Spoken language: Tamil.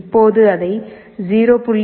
இப்போது அதை 0